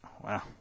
Wow